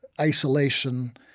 isolation